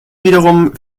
wiederum